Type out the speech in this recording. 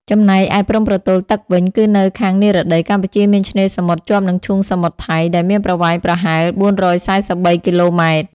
ចំណែកឯព្រំប្រទល់ទឹកវិញ គឺនៅខាងនិរតី កម្ពុជាមានឆ្នេរសមុទ្រជាប់នឹងឈូងសមុទ្រថៃ ដែលមានប្រវែងប្រហែល ៤៤៣ គីឡូម៉ែត្រ។